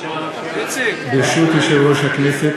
ברשות יושב-ראש הכנסת,